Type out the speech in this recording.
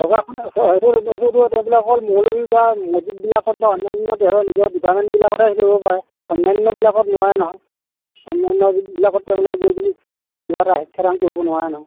মৌলবী বা মছজিদবিলাকত বা অনান্য তেওঁলোকৰ নিজৰ ডিপাৰ্টমেণ্টবিলাকতহে হেৰি কৰিব পাৰে অনান্যবিলাকত নোৱাৰে নহয় অনান্যবিলাকত তেওঁলোকে গৈ পিনি কিবা এটা শিক্ষাদান কৰিব নোৱাৰে নহয়